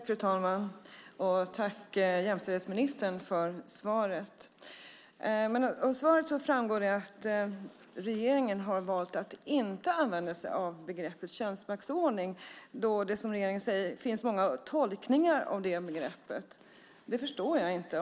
Fru talman! Tack, jämställdhetsministern, för svaret! Av svaret framgår att regeringen har valt att inte använda sig av begreppet könsmaktsordning då det, som regeringen säger, finns många tolkningar av begreppet. Det förstår jag inte.